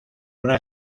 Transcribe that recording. una